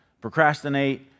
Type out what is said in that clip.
procrastinate